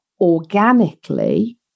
organically